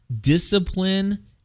Discipline